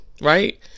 right